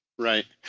right.